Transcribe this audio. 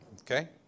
Okay